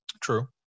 True